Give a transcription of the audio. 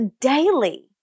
daily